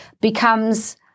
becomes